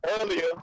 earlier